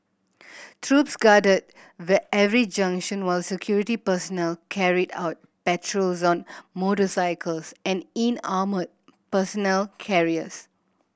troops guarded every junction while security personnel carried out patrols on motorcycles and in armoured personnel carriers